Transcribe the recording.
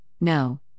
no